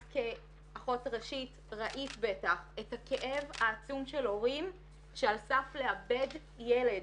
את כאחות ראשית ראית בטח את הכאב העצום של הורים שעל סף לאבד ילד.